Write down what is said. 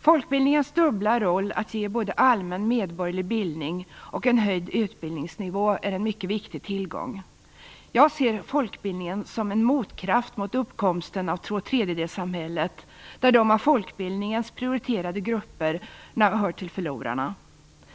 Folkbildningens roll att ge både allmän medborgerlig bildning och en höjd utbildningsnivå är en mycket viktig tillgång. Jag ser folkbildningen som en motkraft mot uppkomsten av tvåtredjedelssamhället, där de av folkbildningen prioriterade grupperna hör till förlorarna.